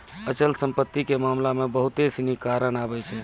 अचल संपत्ति के मामला मे बहुते सिनी कारक आबै छै